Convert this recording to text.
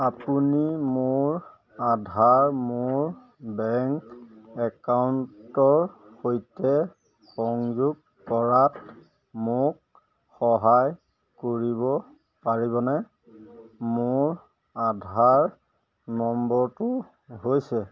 আপুনি মোৰ আধাৰ মোৰ বেংক একাউণ্টৰ সৈতে সংযোগ কৰাত মোক সহায় কৰিব পাৰিবনে মোৰ আধাৰ নম্বৰটো হৈছে